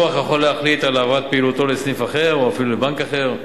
לקוח יכול להחליט על העברת פעילותו לסניף אחר או אפילו לבנק אחר,